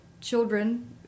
children